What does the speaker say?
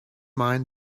mind